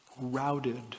routed